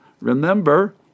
remember